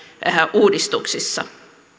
uudistuksissa